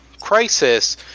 crisis